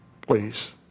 Please